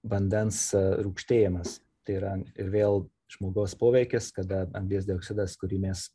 vandens rūgštėjimas tai yra ir vėl žmogaus poveikis kada anglies dioksidas kurį mes